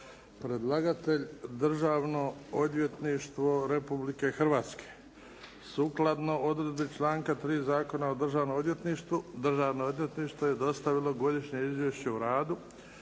Podnositelj: Državno odvjetništvo Republike Hrvatske Sukladno odredbi članka 3. Zakona o državnom odvjetništvu Državno odvjetništvo je dostavilo Godišnje izvješće o radu.